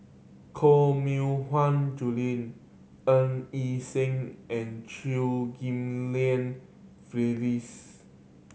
Koh Mui Hiang Julie Ng Yi Sheng and Chew Ghim Lian Phyllis